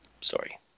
story